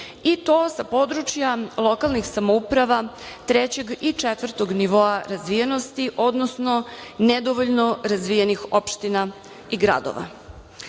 i to sa područja lokalnih samouprava trećeg i četvrtog nivoa razvijenosti, odnosno nedovoljno razvijenih opština i